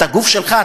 את הגוף שלך,